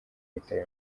yitaba